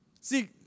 See